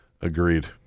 Agreed